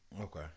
Okay